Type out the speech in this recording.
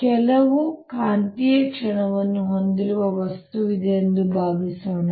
ಕೆಲವು ಕಾಂತೀಯ ಕ್ಷಣವನ್ನು ಹೊಂದಿರುವ ವಸ್ತುವಿದೆ ಎಂದು ಭಾವಿಸೋಣ